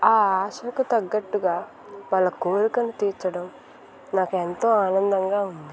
ఆ ఆశకు తగ్గట్టుగా వాళ్ళ కోరికను తీర్చడం నాకు ఎంతో ఆనందంగా ఉంది